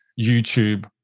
YouTube